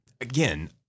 again